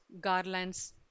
garlands